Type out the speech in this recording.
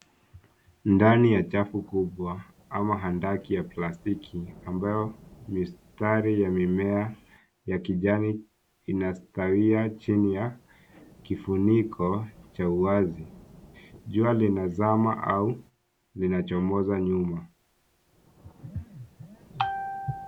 Ndani ya chafu kubwa ama handaki ya plastiki ambayo mistari ya mimea ya kijani inastawia chini ya kifuniko cha wazi, jua linazama au linachomoza nyuma.